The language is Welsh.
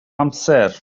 amser